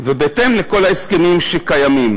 ובהתאם לכל ההסכמים שקיימים.